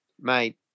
mate